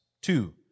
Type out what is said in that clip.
Two